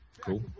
Cool